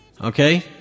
okay